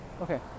Okay